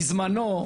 בזמנו,